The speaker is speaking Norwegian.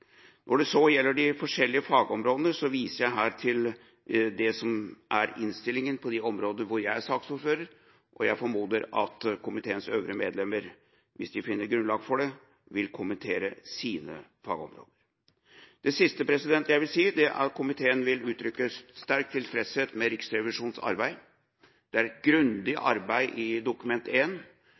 når det gjelder Dokument 1. Når det så gjelder de forskjellige fagområdene, viser jeg her til det som er innstillinga på de områder hvor jeg er saksordfører, og jeg formoder at komiteens øvrige medlemmer – hvis de finner grunnlag for det – vil kommentere sine fagområder. Det siste jeg vil si, er at komiteen vil uttrykke sterk tilfredshet med Riksrevisjonens arbeid. Det er et grundig arbeid i Dokument 1, som er en